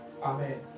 Amen